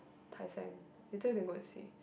Tai-Seng later you go and see